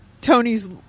tony's